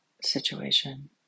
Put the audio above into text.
situation